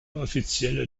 offizielle